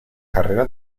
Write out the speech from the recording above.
carrera